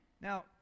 Now